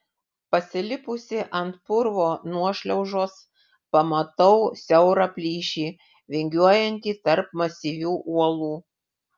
pasilipusi ant purvo nuošliaužos pamatau siaurą plyšį vingiuojantį tarp masyvių uolų